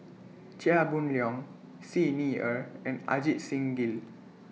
Chia Boon Leong Xi Ni Er and Ajit Singh Gill